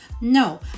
No